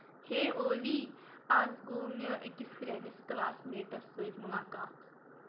ہے اولی آز گوٚو مےٚ أکِس پرٲنِس کلاس میٹس سۭتۍ مُلاقات